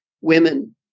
women